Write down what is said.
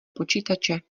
počítače